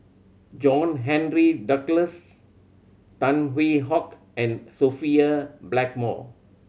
John Henry Duclos Tan Hwee Hock and Sophia Blackmore